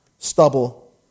Stubble